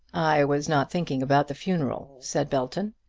i was not thinking about the funeral, said belton.